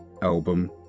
album